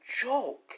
joke